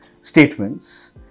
statements